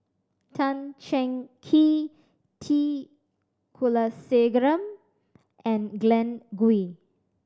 Tan Cheng Kee T Kulasekaram and Glen Goei